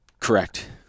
Correct